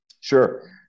Sure